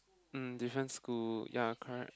um different school ya correct